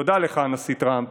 תודה לך, הנשיא טראמפ,